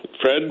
Fred